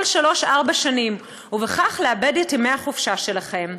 שלוש-ארבע שנים ובכך לאבד את ימי החופשה שלכם,